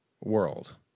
world